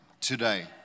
today